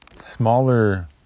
smaller